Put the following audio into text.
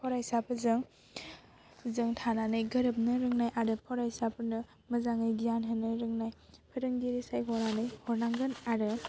फरायसाफोरजों थानानै गोरोबनो रोंनाय आरो फरायसाफोरनो मोजाङै गियान होनो रोंनाय फोरोंगिरि सायख'नानै हरनांगोन आरो